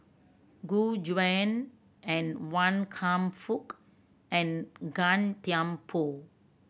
Gu Juan and Wan Kam Fook and Gan Thiam Poh